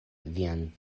vian